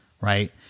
right